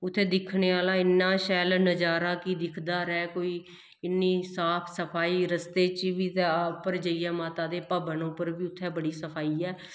उत्थें दिक्खने आह्ला इन्ना शैल नजारा कि दिखदा रैह् कोई इन्नी साफ सफाई रस्ते च बी ते उप्पर जाइयै माता दे भवन उप्पर बी उत्थें बड़ी सफाई ऐ